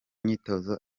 myitozo